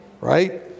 right